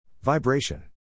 Vibration